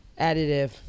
additive